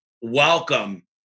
welcome